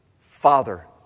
Father